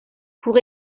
pour